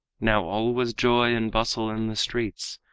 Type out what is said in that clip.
now all was joy and bustle in the streets,